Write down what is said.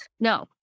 no